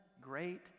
great